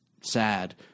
sad